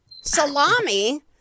Salami